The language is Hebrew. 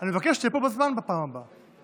אני מבקש שתהיה פה בזמן בפעם הבאה.